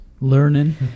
learning